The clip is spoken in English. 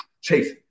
Chase